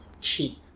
cheap